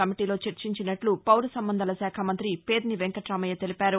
కమిటీలో చర్చించినట్లు పౌర సంబంధాల శాఖా మంతి పేర్ని వెంకటామయ్య తెలిపారు